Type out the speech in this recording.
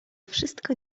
wszystko